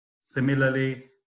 Similarly